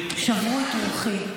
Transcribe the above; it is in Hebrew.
ששברו את רוחי?